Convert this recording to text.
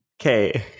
Okay